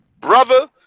Brother